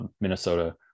Minnesota